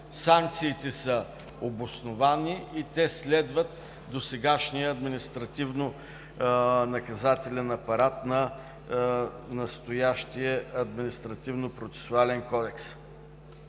Санкциите са обосновани и следват досегашния административнонаказателен апарат на настоящия Административнопроцесуален кодекс.